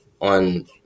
on